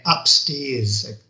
upstairs